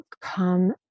come